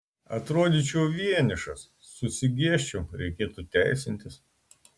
atrodyčiau vienišas susigėsčiau reikėtų teisintis